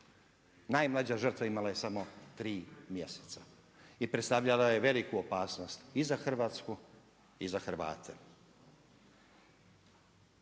Najmlađa žrtva imala je samo 3 mjeseca i predstavljala je veliku opasnost i za Hrvatsku i za Hrvate.